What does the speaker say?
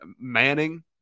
manning